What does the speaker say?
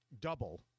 double